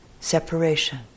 separation